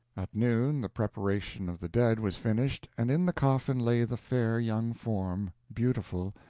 at noon the preparation of the dead was finished, and in the coffin lay the fair young form, beautiful,